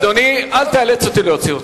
אדוני, אל תאלץ אותי להוציא אותך.